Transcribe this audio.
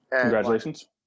Congratulations